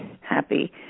happy